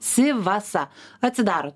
sivasa atsidarot